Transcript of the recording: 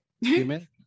human